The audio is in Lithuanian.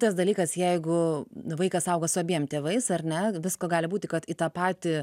tas dalykas jeigu vaikas auga su abiem tėvais ar ne visko gali būti kad į tą patį